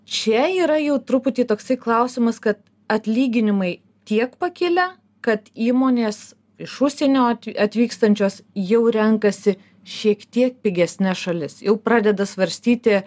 čia yra jau truputį toksai klausimas kad atlyginimai tiek pakilę kad įmonės iš užsienio atvykstančios jau renkasi šiek tiek pigesnes šalis jau pradeda svarstyti